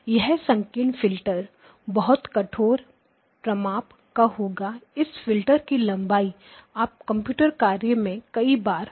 यह संकीर्ण फिल्टर बहुत कठोर प्रमाप का होगा इस फिल्टर की लंबाई आप कंप्यूटर कार्य में कई बार कर चुके हैं